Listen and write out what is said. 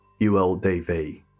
ULDV